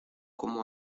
como